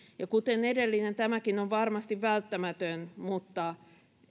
kuten edellinen tämäkin on varmasti välttämätön mutta